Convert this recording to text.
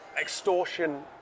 extortion